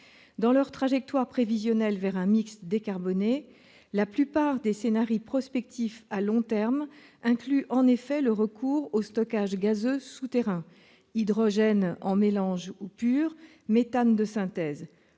Dans leurs trajectoires prévisionnelles vers un décarboné, la plupart des prospectifs à long terme incluent en effet le recours au stockage gazeux souterrain -hydrogène en mélange ou pur, méthane de synthèse